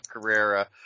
Carrera